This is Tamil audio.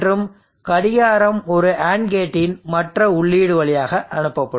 மற்றும் கடிகாரம் ஒரு AND கேட்டின் மற்ற உள்ளீடு வழியாக அனுப்பப்படும்